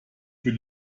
für